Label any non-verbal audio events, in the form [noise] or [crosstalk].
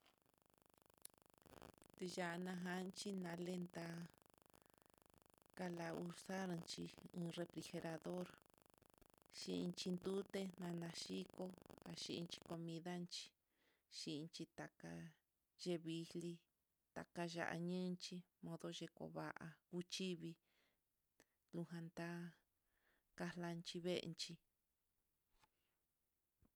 Tiya'ana janchí tinaleta kalana uxanchí, un refri [hesitation] or chindi duté nanaxhiko nayinto midanchí xhinchi taka xhivilii, taka ñaninchí modo kova'a, juchivii nujanta'a kalanchi venchí.